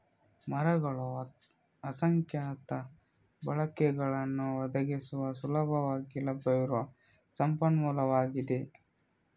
ಮರಗಳು ಅಸಂಖ್ಯಾತ ಬಳಕೆಗಳನ್ನು ಒದಗಿಸುವ ಸುಲಭವಾಗಿ ಲಭ್ಯವಿರುವ ಸಂಪನ್ಮೂಲವಾಗಿದೆ